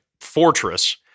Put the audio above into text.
fortress